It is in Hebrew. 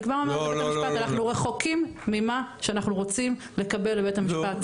אני כבר אומרת אנחנו רחוקים ממה שאנחנו רוצים לקבל בבית המשפט,